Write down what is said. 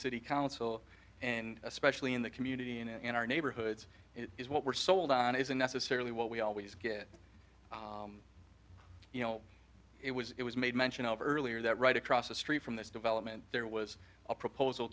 city council and especially in the community and in our neighborhoods is what we're sold on isn't necessarily what we always get you know it was it was made mention of earlier that right across the street from this development there was a proposal